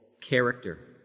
character